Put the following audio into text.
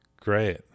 Great